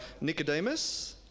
nicodemus